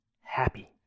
happy